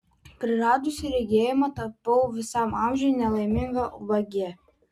praradusi regėjimą tapau visam amžiui nelaiminga ubagė